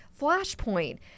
flashpoint